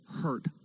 hurt